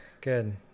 good